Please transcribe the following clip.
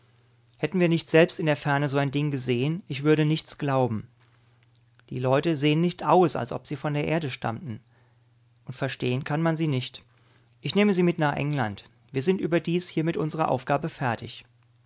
hätten wir nicht selbst in der ferne so ein ding gesehen ich würde nichts glauben die leute sehen nicht aus als ob sie von der erde stammten und verstehen kann man sie nicht ich nehme sie mit nach england wir sind überdies hier mit unserer aufgabe fertig